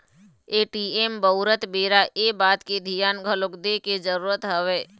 ATM बउरत बेरा ये बात के धियान घलोक दे के जरुरत हवय